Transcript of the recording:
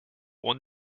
warn